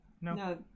no